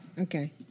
Okay